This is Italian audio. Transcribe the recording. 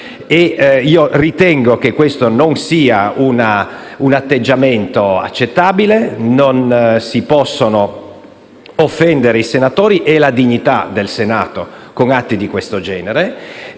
Ritengo che questo atteggiamento non sia un accettabile. Non si possono offendere i senatori e la dignità del Senato con atti di questo genere.